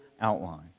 outline